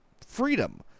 freedom